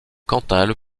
cantal